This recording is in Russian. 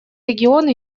регион